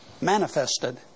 manifested